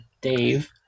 Dave